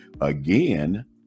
again